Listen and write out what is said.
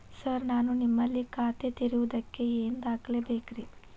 Sir ನಾನು ನಿಮ್ಮಲ್ಲಿ ಖಾತೆ ತೆರೆಯುವುದಕ್ಕೆ ಏನ್ ದಾಖಲೆ ಬೇಕ್ರಿ?